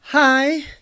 Hi